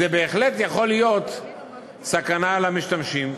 זה בהחלט יכול להיות סכנה למשתמשים.